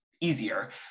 easier